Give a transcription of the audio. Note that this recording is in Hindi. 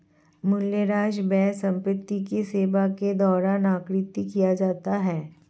मूल्यह्रास व्यय संपत्ति की सेवा के दौरान आकृति किया जाता है